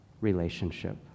relationship